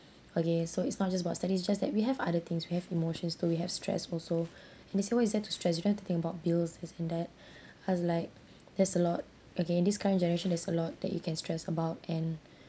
okay so it's not just about studies just that we have other things we have emotions too we have stress also and they say what is there to stress you have to think about bills this and that I was like there's a lot okay this kind generation there's a lot that you can stress about and